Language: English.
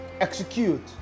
Execute